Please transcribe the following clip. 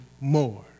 more